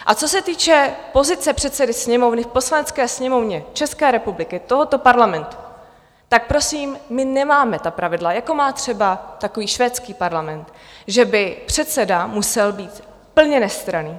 A co se týče pozice předsedy Sněmovny v Poslanecké sněmovně České republiky, tohoto parlamentu, tak prosím, my nemáme ta pravidla, jako má třeba takový švédský parlament, že by předseda musel být plně nestranný.